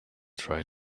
try